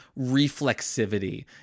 reflexivity